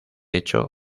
hecho